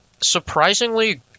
surprisingly